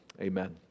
Amen